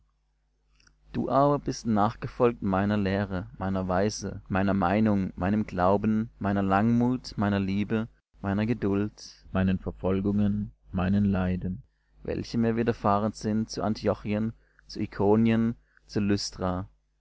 du aber bist nachgefolgt meiner lehre meiner weise meiner meinung meinem glauben meiner langmut meiner liebe meiner geduld meinen verfolgungen meinen leiden welche mir widerfahren sind zu antiochien zu ikonien zu